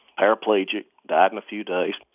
paraplegic, died in a few days.